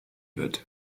wird